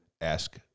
ask